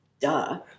duh